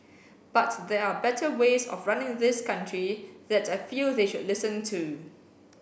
but there are better ways of running this country that I feel they should listen to